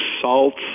salts